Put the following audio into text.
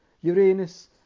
Uranus